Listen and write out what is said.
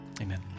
Amen